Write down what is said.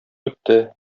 үтте